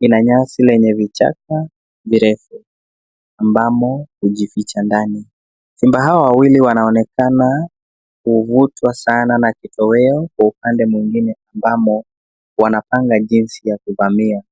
ina nyasi n lenye vichaka virefu ambamo hujificha ndani. Simba hao wawili wanaonekana kuvutwa sana na kitoweo Kwa upande mwingine ambamo wanapanga jinsia ya kuvamia.